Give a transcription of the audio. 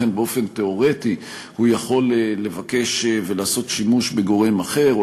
לכן באופן תיאורטי הוא יכול לבקש ולעשות שימוש בגורם אחר,